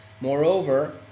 Moreover